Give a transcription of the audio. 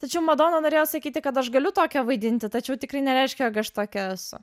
tačiau madona norėjo sakyti kad aš galiu tokią vaidinti tačiau tikrai nereiškia kad tokia esu